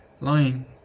lying